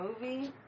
movie